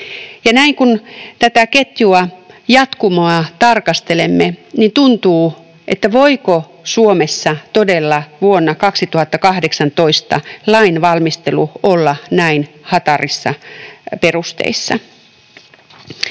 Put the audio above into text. Näin kun tätä ketjua, jatkumoa, tarkastelemme, tuntuu, että voiko Suomessa todella vuonna 2018 lainvalmistelu olla näin hatarissa perusteissa.